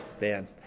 man